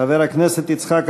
חבר הכנסת יצחק אהרונוביץ,